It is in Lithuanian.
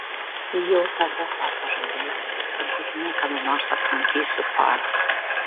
jau tada sau pažadėjau kad būtinai kada nors aplankysiu par